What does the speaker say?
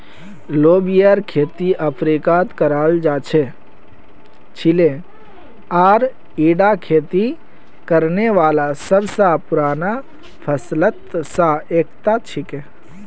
लोबियार खेती अफ्रीकात कराल जा छिले आर ईटा खेती करने वाला सब स पुराना फसलत स एकता छिके